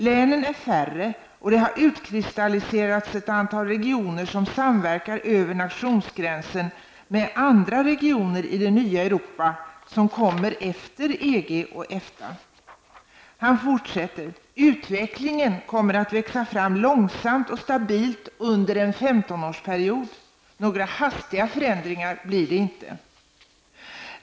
Länen är färre och det har utkristalliserats ett antal regioner, som samverkar över nationsgränsen med andra regioner i det nya Europa som kommer efter EG och Efta.'' Han fortsätter: ''Utvecklingen kommer att växa fram långsamt och stabilt under en 15-årsperiod. Några hastiga förändringar blir det inte.''